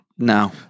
No